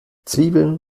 zwiebeln